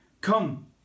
Come